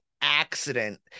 accident